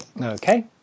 Okay